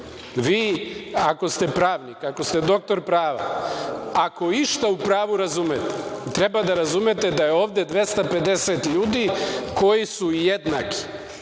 Vi ako ste pravnik, ako ste doktor prava, ako išta u pravu razumete, treba da razumete da je ovde 250 ljudi koji su jednaki.